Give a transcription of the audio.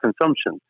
consumption